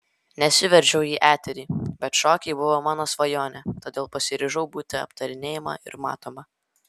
nesiveržiau į eterį bet šokiai buvo mano svajonė todėl pasiryžau būti aptarinėjama ir matoma